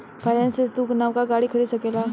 finance से तू नवका गाड़ी खरीद सकेल